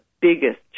biggest